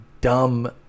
dumb